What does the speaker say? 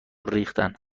ریختن